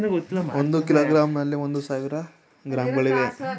ಒಂದು ಕಿಲೋಗ್ರಾಂನಲ್ಲಿ ಒಂದು ಸಾವಿರ ಗ್ರಾಂಗಳಿವೆ